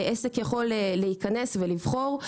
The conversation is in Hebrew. עסק יכול להיכנס ולבחור.